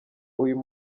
uyu